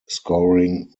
scoring